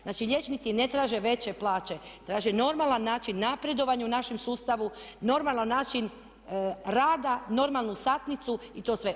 Znači, liječnici ne traže veće plaće, traže normalan način napredovanja u našem sustavu, normalan način rada, normalnu satnicu i to sve.